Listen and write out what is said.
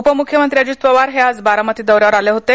उपमूख्यमंत्री अजित पवार हे आज बारामती दौ यावर आले होते